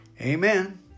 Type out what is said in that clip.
Amen